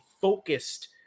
focused